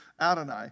Adonai